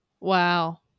Wow